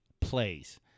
plays